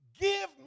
give